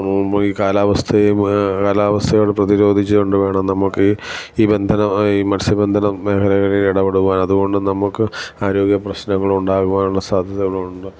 മുമ്പ് ഈ കാലാവസ്ഥയും കാലാവസ്ഥയോട് പ്രതിരോധിച്ച് കൊണ്ട് വേണം നമുക്ക് ഈ ഈ ബന്ധനം ഈ മൽസ്യബന്ധന മേഖലകളിൽ ഇടപെടുവാനും അതുകൊണ്ട് നമുക്ക് ആരോഗ്യപ്രശ്നങ്ങളുണ്ടാകുവാനുള്ള സാധ്യതകളുണ്ട്